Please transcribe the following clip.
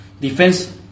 defense